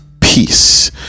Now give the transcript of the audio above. peace